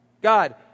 God